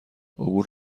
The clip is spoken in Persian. عبور